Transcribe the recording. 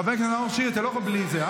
חבר הכנסת נאור שירי, אתה לא יכול בלי זה.